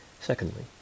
Secondly